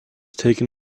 taken